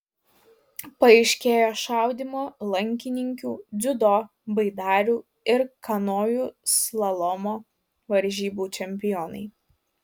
paaiškėjo šaudymo lankininkių dziudo baidarių ir kanojų slalomo varžybų čempionai